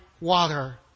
water